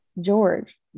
George